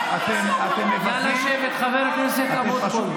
נא לשבת, חבר הכנסת אבוטבול.